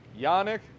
Yannick